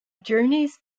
journeys